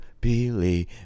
believe